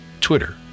Twitter